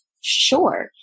sure